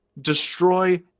destroy